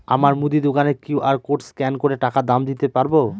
আমার মুদি দোকানের কিউ.আর কোড স্ক্যান করে টাকা দাম দিতে পারব?